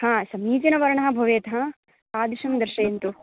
आम् समीचीन वर्णः भवेत् आम् तादृशं दर्शयन्तु